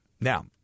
Now